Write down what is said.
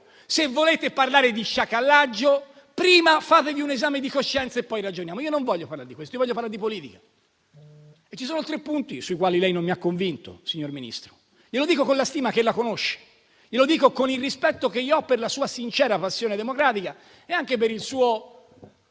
se volete parlare di sciacallaggio, qui dentro, fatevi prima un esame di coscienza e poi ragioniamo. Io non voglio parlare di questo; voglio parlare di politica e ci sono tre punti sui quali lei non mi ha convinto, signor Ministro, e glielo dico con la stima che ella conosce e con il rispetto che ho per la sua sincera passione democratica e anche per il suo